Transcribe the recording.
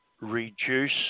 reduce